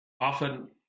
often